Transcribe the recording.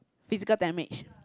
physical damage